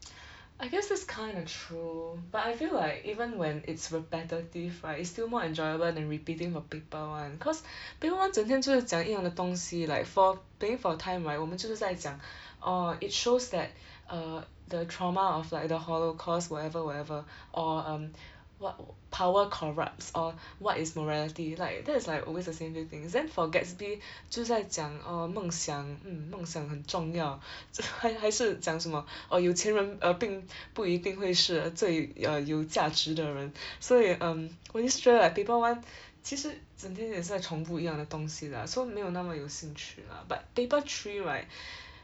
I guess it's kinda true but I feel like even when it's repetitive right it's still more enjoyable than repeating for paper one cause paper one 整天就是讲一样的东西 like for playing for time right 我们就是在讲 orh it shows that err the trauma of like the holocaust whatever whatever or um what power corrupts or what is morality like that's like always the same same thing then for Gatsby 就在讲 err 梦想 hmm 梦想很重要 还还是讲什么 err 有钱人 err 并 不一定会是最 err 有价值的人 所以 um only stre~ like paper one 其实整天也是在重复一样的东西啦 so 没有那么有兴趣啦 but paper three right